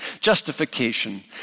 justification